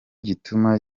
gituma